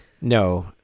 no